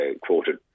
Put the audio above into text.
quoted